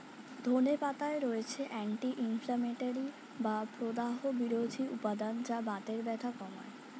ধনে পাতায় রয়েছে অ্যান্টি ইনফ্লেমেটরি বা প্রদাহ বিরোধী উপাদান যা বাতের ব্যথা কমায়